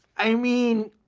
i mean,